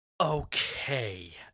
Okay